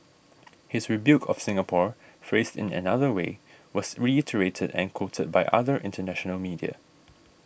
his rebuke of Singapore phrased in another way was reiterated and quoted by other international media